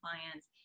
clients